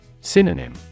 Synonym